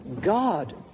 God